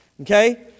Okay